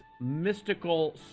mystical